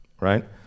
right